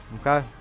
Okay